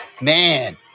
Man